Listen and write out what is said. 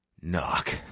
knock